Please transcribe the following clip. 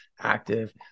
active